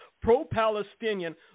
pro-Palestinian